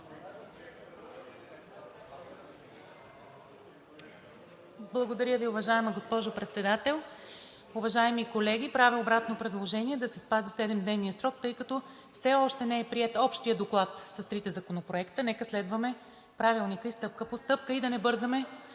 Благодаря Ви, уважаема госпожо Председател. Уважаеми колеги, правя обратно предложение да се спази седемдневният срок, тъй като все още не е приет Общият доклад с трите законопроекта. Нека да следваме Правилника стъпка по стъпка и да не бързаме